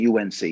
UNC